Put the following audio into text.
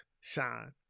shine